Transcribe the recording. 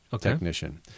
technician